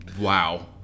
Wow